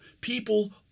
People